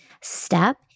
step